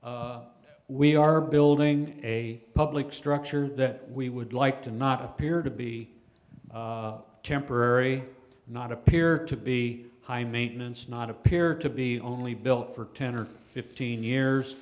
that we are building a public structure that we would like to not appear to be temporary and not appear to be high maintenance not appear to be only built for ten or fifteen years